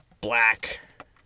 black